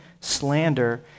slander